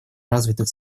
развитых